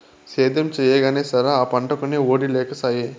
సేద్యం చెయ్యగానే సరా, ఆ పంటకొనే ఒడే లేకసాయే